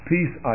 Peace